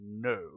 no